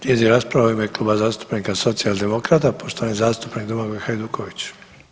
Slijedi rasprava u ime Kluba zastupnika socijaldemokrata, poštovani zastupnik Domagoj Hajduković.